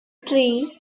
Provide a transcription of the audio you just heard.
tree